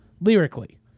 lyrically